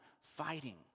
fighting